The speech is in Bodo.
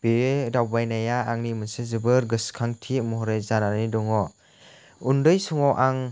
बे दावबायनाया आंनि मोनसे जोबोर गोसोखांथि महरै जानानै दङ उन्दै समाव आं